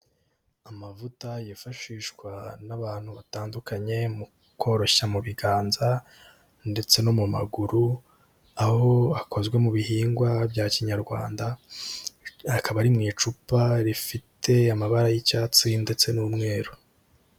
Amavuta yifashishwa n'abantu batandukanye mu koroshya mu biganza ndetse no mu maguru, aho akozwe mu bihingwa bya Kinyarwanda, akaba ari mu icupa rifite amabara y'icyatsi ndetse n'umweru.